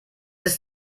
ist